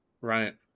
Right